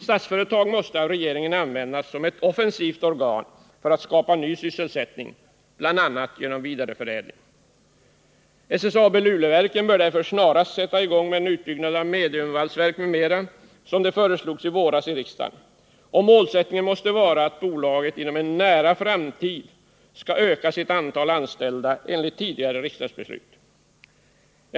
Statsföretag måste av regeringen användas som ett offensivt organ för att skapa ny sysselsättning, bl.a. genom ökad vidareförädling. SSAB/Luleåverken bör därför med det snaraste sätta i gång med den utbyggnad av mediumvalsverk m.m. som i våras föreslogs i riksdagen. Målsättningen måste vara att bolaget inom en nära framtid skall öka sitt antal anställda enligt tidigare riksdagsbeslut.